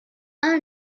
are